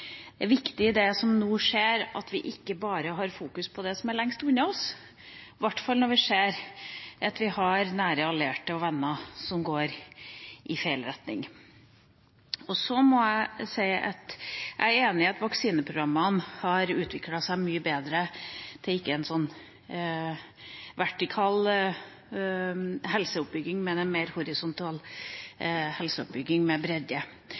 det er også viktig i det som nå skjer, at vi ikke bare har fokus på det som er lengst unna oss, i hvert fall når vi ser at vi har nære allierte og venner som går i feil retning. Jeg er enig i at vaksineprogrammene har utviklet seg mye bedre. Det er ikke en vertikal helseoppbygging, men en mer horisontal helseoppbygging med